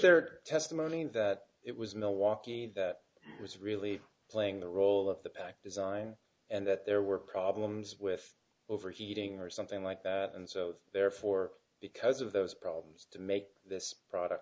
their testimony that it was milwaukee that was really playing the role of the pack design and that there were problems with overheating or something like that and so therefore because of those problems to make this product